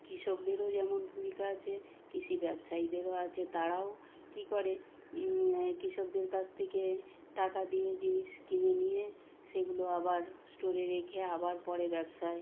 কৃষকদেরও যেমন ভূমিকা আছে কৃষি ব্যবসায়ীদেরও আছে তারাও কী করে কৃষকদের কাছ থেকে টাকা দিয়ে জিনিস কিনে নিয়ে সেগুলো আবার স্টোরে রেখে আবার পরে ব্যবসায়